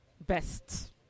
best